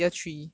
ya year three